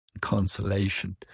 consolation